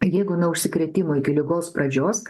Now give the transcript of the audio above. jeigu nuo užsikrėtimo iki ligos pradžios